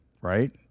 right